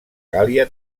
gàl·lia